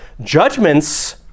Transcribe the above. Judgments